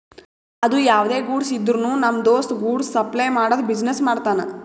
ಅದು ಯಾವ್ದೇ ಗೂಡ್ಸ್ ಇದ್ರುನು ನಮ್ ದೋಸ್ತ ಗೂಡ್ಸ್ ಸಪ್ಲೈ ಮಾಡದು ಬಿಸಿನೆಸ್ ಮಾಡ್ತಾನ್